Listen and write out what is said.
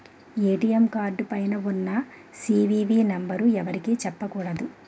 ATM card పైన ఉన్న CVV number ఎవరికీ చెప్పకూడదు